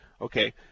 Okay